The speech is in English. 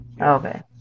Okay